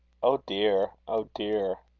oh, dear! oh, dear!